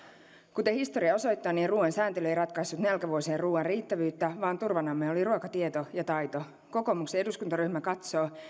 kuten historia osoittaa ruuan sääntely ei ratkaissut nälkävuosien ruuan riittävyyttä vaan turvanamme olivat ruokatieto ja taito kokoomuksen eduskuntaryhmä katsoo